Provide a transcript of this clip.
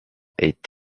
est